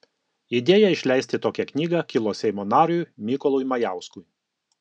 idėja išleisti tokią knygą kilo seimo nariui mykolui majauskui